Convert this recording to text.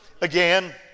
again